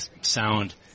sound